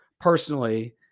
personally